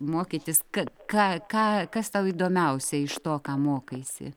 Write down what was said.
mokytis kad ką ką kas tau įdomiausia iš to ką mokaisi